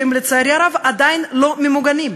שלצערי הרב עדיין לא ממוגנים.